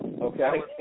Okay